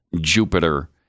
Jupiter